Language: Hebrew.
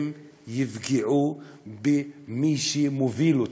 הם יפגעו במי שמוביל אותם.